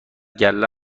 گله